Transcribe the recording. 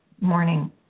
morning